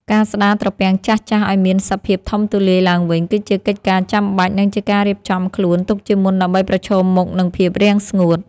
ការស្តារត្រពាំងចាស់ៗឱ្យមានសភាពធំទូលាយឡើងវិញ គឺជាកិច្ចការចាំបាច់ និងជាការរៀបចំខ្លួនទុកជាមុនដើម្បីប្រឈមមុខនឹងភាពរាំងស្ងួត។